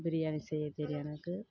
பிரியாணி செய்ய தெரியும் எனக்கு